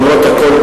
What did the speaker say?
למרות הכול,